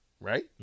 Right